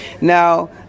now